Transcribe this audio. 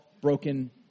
broken